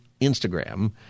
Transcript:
Instagram